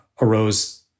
arose